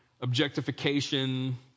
objectification